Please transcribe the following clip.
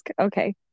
okay